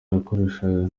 yakoreshaga